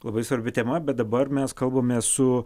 labai svarbi tema bet dabar mes kalbamės su